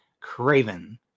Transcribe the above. craven